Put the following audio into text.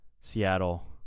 Seattle